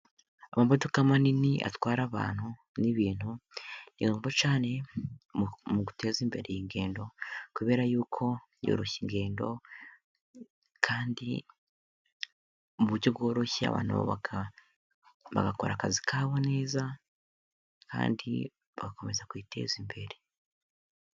Amamodoka manini atwara abantu n'ibintu ni meza cyane mu guteza imbere iyi ingendo kubera yuko yoroshya ingendo, kandi mu buryo bworoshye ,abantu bagakora akazi kabo neza ,kandi bagakomeza kwiteza imbere.